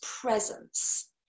presence